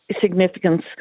significance